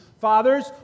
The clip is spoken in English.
Fathers